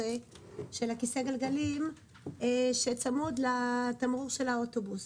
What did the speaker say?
כיסא הגלגלים שצמוד לתמרור של האוטובוס.